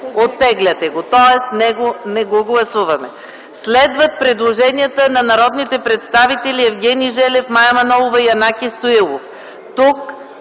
Оттегляте го, тоест него не го гласуваме. Следват предложенията на народните представители Евгений Желев, Мая Манолова и Янаки Стоилов.